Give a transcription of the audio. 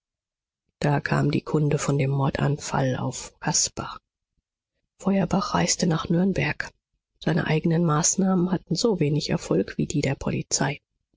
da kam die kunde von dem mordanfall auf caspar feuerbach reiste nach nürnberg seine eignen maßnahmen hatten so wenig erfolg wie die der polizei